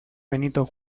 benito